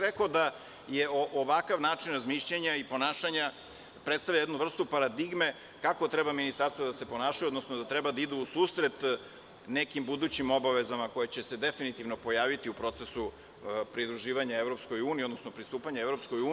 Rekao bih da ovakav način razmišljanja i ponašanja predstavlja jednu vrstu paradigme kako treba ministarstva da se ponašaju, odnosno da treba da idu u susret nekim budućim obavezama koje će se definitivno pojaviti u procesu pridruživanja EU, odnosno pristupanja EU.